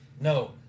No